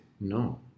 No